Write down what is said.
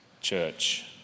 church